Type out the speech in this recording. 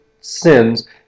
sins